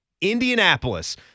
Indianapolis